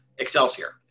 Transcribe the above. Excelsior